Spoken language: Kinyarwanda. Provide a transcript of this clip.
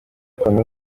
komini